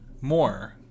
more